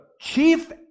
chief